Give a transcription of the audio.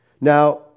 Now